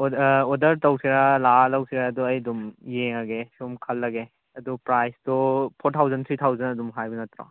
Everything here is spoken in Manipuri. ꯑꯣꯔꯗꯔ ꯇꯧꯁꯤꯔꯥ ꯂꯥꯛꯑ ꯂꯧꯁꯤꯔꯥ ꯑꯗꯨ ꯑꯩ ꯑꯗꯨꯝ ꯌꯦꯡꯉꯒꯦ ꯁꯨꯝ ꯈꯜꯂꯒꯦ ꯑꯗꯨ ꯄ꯭ꯔꯥꯏꯁꯇꯣ ꯐꯣꯔ ꯊꯥꯎꯖꯟ ꯊ꯭ꯔꯤ ꯊꯥꯎꯖꯟ ꯑꯗꯨꯝ ꯍꯥꯏꯕ ꯅꯠꯇ꯭ꯔꯣ